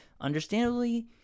Understandably